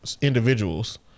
individuals